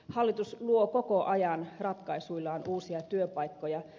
hallitus luo koko ajan ratkaisuillaan uusia työpaikkoja